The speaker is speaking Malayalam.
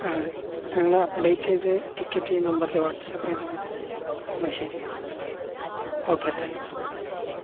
ആ അതെ ഞങ്ങളെ അപ്ഡേറ്റ് ചെയ്ത് ടിക്കറ്റ് ഈ നമ്പറില് വാട്സാപ്പ് ചെയ്താല് മതി എന്നാല് ശരി ഓക്കെ താങ്ക്സ്